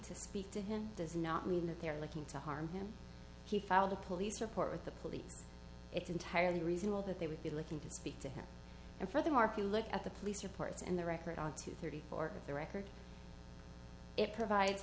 to speak to him does not mean that they are looking to harm him he filed a police report with the police it's entirely reasonable that they would be looking to speak to him and for the marquis look at the police reports and the record on two thirty for the record it provides